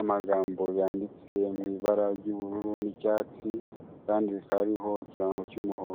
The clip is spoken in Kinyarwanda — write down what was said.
amagambo yanditse mu ibara ry'ubururu n'icyatsi, kandi rikaba ririho ikirango cy'umuhondo.